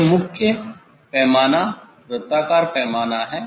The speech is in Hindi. यह मुख्य पैमाना वृत्ताकार पैमाना है